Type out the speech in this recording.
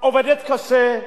עובדת קשה,